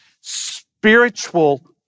spiritual